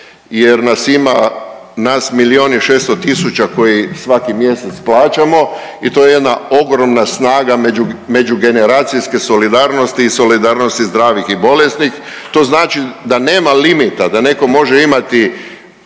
jer nas ima, nas milijun i 600 tisuća koji svaki mjesec plaćamo i to je jedna ogromna snaga međugeneracijske solidarnosti i solidarnosti zdravih i bolesnih. To znači da nema limita, da netko može imati